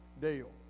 deal